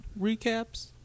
recaps